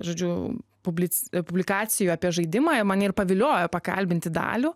žodžiu publikacijų apie žaidimą mane ir paviliojo pakalbinti dalių